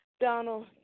Donald